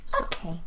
Okay